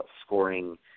scoring